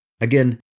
Again